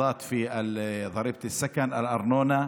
הנחות בארנונה.